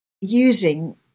using